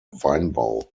weinbau